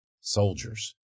Soldiers